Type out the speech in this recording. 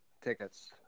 Tickets